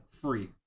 free